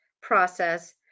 process